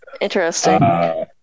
interesting